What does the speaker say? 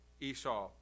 Esau